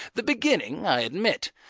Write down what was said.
the beginning, i admit,